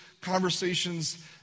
conversations